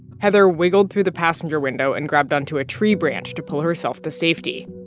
heather wiggled through the passenger window and grabbed onto a tree branch to pull herself to safety.